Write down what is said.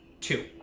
Two